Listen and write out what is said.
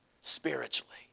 spiritually